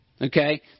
okay